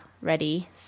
ready